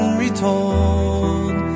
retold